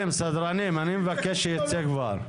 סדרנים, אני מבקש שיצא כבר.